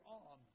on